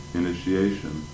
initiation